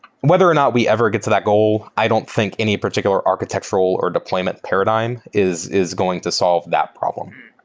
whether or not we ever get to that goal, i don't think any particular architectural or deployment paradigm is is going to solve that problem.